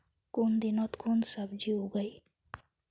कुन दिनोत कुन सब्जी उगेई?